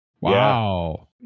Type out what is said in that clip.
Wow